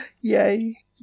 yay